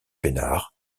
peinards